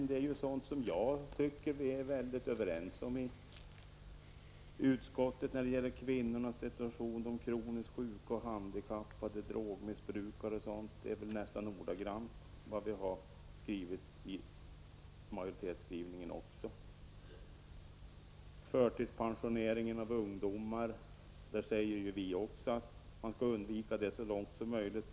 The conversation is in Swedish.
Det är sådant som jag tycker att vi är mycket överens om i utskottet, t.ex. kvinnornas, de kroniskt sjukas, de handikappades och drogmissbrukarnas situation. Det som tas upp är nästan exakt det som står i utskottsmajoritetens skrivning. Beträffande förtidspensionering av ungdomar säger vi också att det skall undvikas så långt som möjligt.